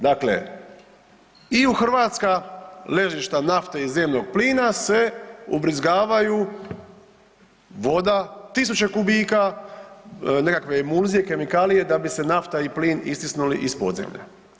Dakle, i u hrvatska ležišta nafte i zemnog plina se ubrizgavaju voda, tisuće kubika nekakve emulzije, kemikalije da bi se nafta i plin istisnuli iz podzemlja.